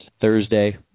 Thursday